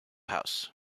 house